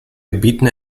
gebieten